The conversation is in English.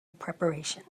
preparation